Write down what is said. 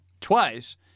Twice